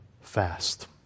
fast